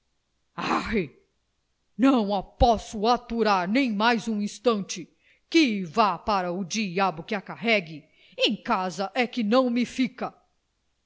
a posso aturar nem mais um instante que vá para o diabo que a carregue em casa é que não me fica